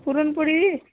puran poli